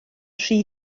rhy